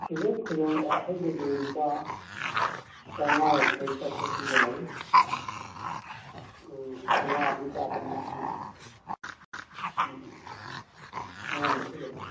silver ꯈꯨꯗꯦꯡ ꯑꯍꯩꯕꯗꯨ ꯂꯨꯄꯥ ꯆꯃꯉꯥ ꯌꯥꯡꯈꯩ ꯆꯥꯇꯔꯨꯛ ꯄꯤꯕ ꯂꯩ ꯆꯃꯉꯥꯗꯩ ꯇꯥꯗꯅ ꯑꯗꯨꯝ ꯑꯍꯣꯡꯕꯁꯨ ꯂꯩ